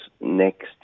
next